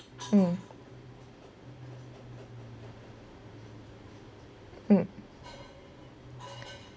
mm mm